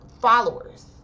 followers